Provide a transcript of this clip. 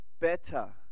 better